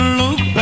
look